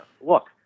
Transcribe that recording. look